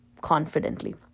confidently